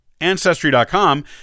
Ancestry.com